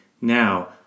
now